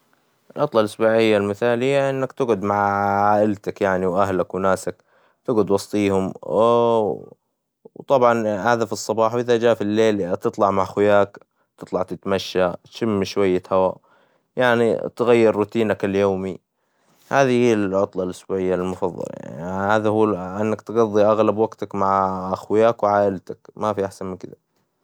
العطلة الأسبوعية المثالية إنك تقعد مع عيلتك يعنى وأهلك وناسك تقعد وسطيهم ، طبعاً هذا فى الصباح وإذا جاء فى الليل بتطلع مع خوياك ، تطلع تتمشى تشم شوية هوا ، يعنى تغير روتينك اليومى ، هذى هى العطلة الإسبوعية المفظلة ، هذا هو إنك تقظى أغلب وقتك مع خوياك وعيلتك ما فى أحسن من كدة.